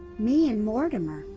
me and mortimer?